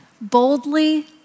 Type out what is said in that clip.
boldly